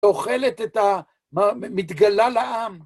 אוכלת את ה.. מתגלה לעם.